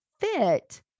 fit